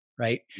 Right